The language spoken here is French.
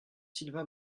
sylvain